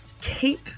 keep